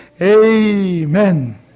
Amen